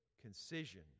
concision